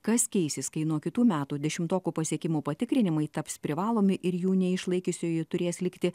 kas keisis kai nuo kitų metų dešimtokų pasiekimų patikrinimai taps privalomi ir jų neišlaikiusiųjų turės likti